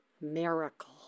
miracle